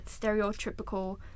stereotypical